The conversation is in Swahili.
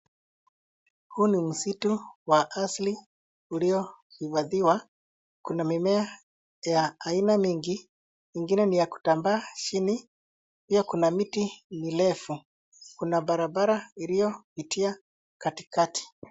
Huu ni msitu wa asili uliohifadhiwa. Kuna mimea ya aina nyingi ingine ni ya kutambaa chini. Pia kuna miti mirefu. Kuna barabara iliyopitia katikati.